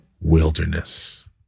wilderness